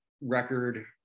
record